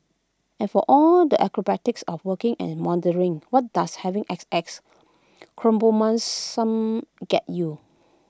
and for all the acrobatics of working and mothering what does having X X get you